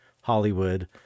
Hollywood